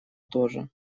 тоже